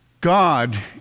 God